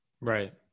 Right